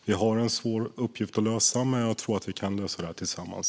Vi har en svår uppgift att lösa, men jag tror att vi kan lösa detta tillsammans.